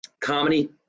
comedy